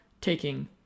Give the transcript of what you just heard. taking